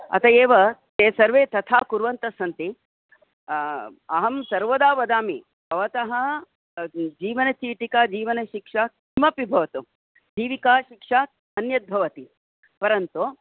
अतः एव ते सर्वे तथा कुर्वन्तस्सन्ति अहं सर्वदा वदामि भवतः जीवनचीटिका जीवनशिक्षा किमपि भवतु जीविकाशिक्षात् अन्यद् भवति परन्तु